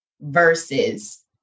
versus